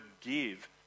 give